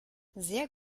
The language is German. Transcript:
sehr